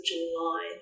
July